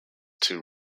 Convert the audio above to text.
two